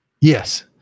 yes